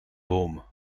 boom